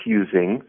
using